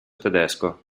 tedesco